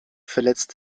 verletzt